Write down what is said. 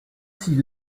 six